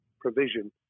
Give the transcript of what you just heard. provision